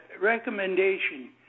Recommendation